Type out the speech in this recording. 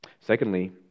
Secondly